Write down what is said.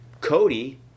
Cody